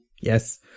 Yes